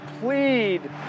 plead